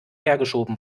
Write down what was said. hergeschoben